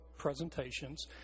presentations